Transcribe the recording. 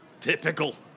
Typical